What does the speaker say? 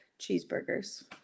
cheeseburgers